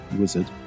wizard